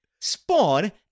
Spawn